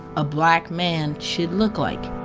a black man should look like